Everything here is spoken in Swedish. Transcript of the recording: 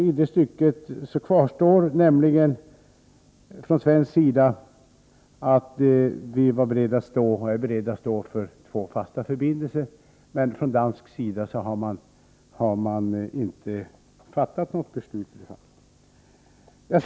I det stycket kvarstår att vi från svensk sida är beredda att stå för vår fasta förbindelse, men att man från dansk sida inte har fattat något beslut i det fallet.